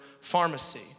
pharmacy